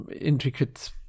intricate